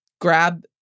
grab